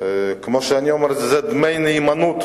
כמו שאני אומר את זה, זה דמי נאמנות,